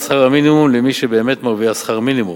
שכר המינימום למי שבאמת מרוויח שכר מינימום.